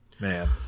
man